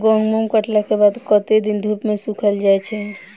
गहूम कटला केँ बाद कत्ते दिन धूप मे सूखैल जाय छै?